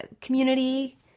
community